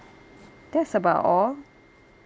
that's about all